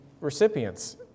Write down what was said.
recipients